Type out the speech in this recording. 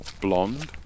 blonde